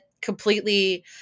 completely